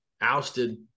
ousted